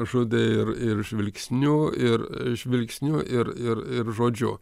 žudė ir ir žvilgsniu ir žvilgsniu ir ir ir žodžiu